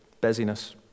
busyness